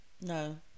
no